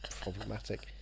problematic